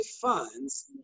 funds